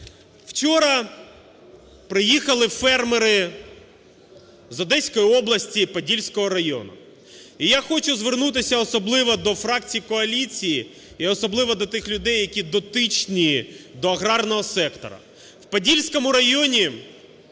Вчора приїхали фермери з Одеської області, Подільського району. І я хочу звернутися особливо до фракцій коаліції і особливо до тих людей, які дотичні до аграрного сектору. В Подільському районі